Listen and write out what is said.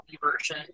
version